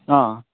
অঁ